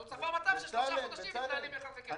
אז נוצר מצב ששמונה חודשים מתנהלים ב-1/12.